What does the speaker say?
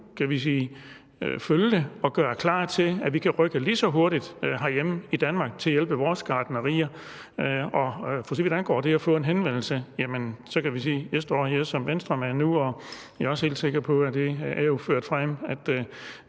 kan vi sige, følge det og gøre klar til, at vi kan rykke lige så hurtigt herhjemme i Danmark i forhold til at hjælpe vores gartnerier? For så vidt angår det at få en henvendelse, kan vi sige, at jeg nu står her som Venstremand, og jeg er helt sikker på – det er jo ført frem – at